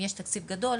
אם יש תקציב גדול,